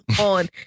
on